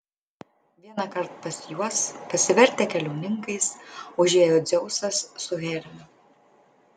vienąkart pas juos pasivertę keliauninkais užėjo dzeusas su hermiu